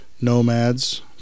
nomads